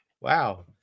Wow